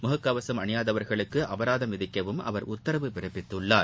முகக்கவசம் அணியாதவர்களுக்கு அபராதம் விதிக்கவும் அவர் உத்தரவு பிறப்பித்துள்ளார்